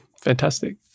fantastic